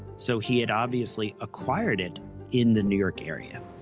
so he had obviously acquired it in the new york area.